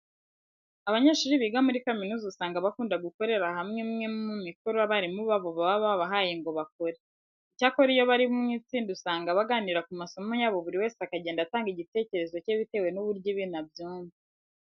Abanyeshuri biga muri kaminuza usanga bakunda gukorera hamwe imwe mu mikoro abarimu babo baba babahaye ngo bakore. Icyakora iyo bari mu itsinda usanga baganira ku masomo yabo buri wese akagenda atanga igitekerezo cye bitewe n'uburyo ibintu abyumva.